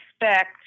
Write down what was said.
expect